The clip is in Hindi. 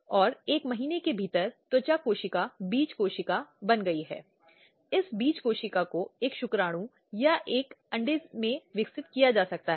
जहाँ उसे अशिष्ट व्यवहार के एक या अलग रूप मिलते रहते हैं